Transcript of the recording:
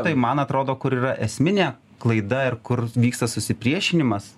tai man atrodo kur yra esminė klaida ir kur vyksta susipriešinimas